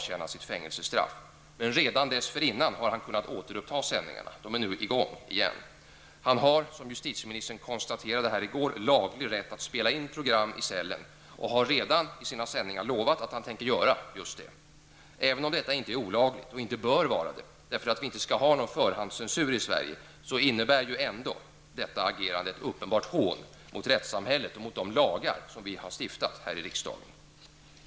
Denna person, Rami, skall i april börja avtjäna sitt fängelsestraff. Han har, som justitieministern konstaterade i går, laglig rätt att spela in program i cellen, och han har redan i sina sändningar lovat att göra just det. Även om detta inte är olagligt, och inte bör vara det eftersom vi inte skall ha förhandscensur, innebär ändå detta agerande ett uppenbart hån mot rättssamhället och mot de lagar som vi har stiftat i riksdagen.